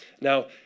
Now